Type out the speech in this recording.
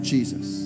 Jesus